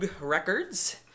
Records